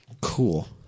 Cool